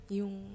yung